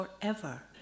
forever